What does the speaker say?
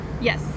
yes